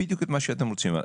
בדיוק את מה שאתם רוצים.